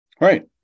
Right